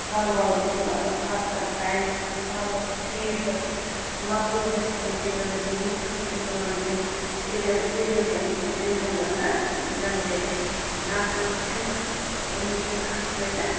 پھل ول گَژھِ یِمن آسُن خاص کر ٹایمَس پھل حظ فیٖڑ حظ مکٲے حظ چھِ پٮ۪وان تیٖرن دِنۍ مُٹھ حظ چھِ پٮ۪وان دیُن تیٚلہِ تیٚلہِ حظ یِمن پٮ۪ٹھ اِنکم گژھان جنریٹ نَتہٕ نہٕ حظ چھِ نہٕ یِمن تیوٗتاہ فٲیدٕ